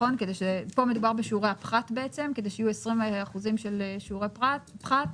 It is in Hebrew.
כאן מדובר בשיעורי הפחת כדי שיהיו 20 אחוזים של שיעורי פחת.